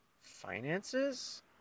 finances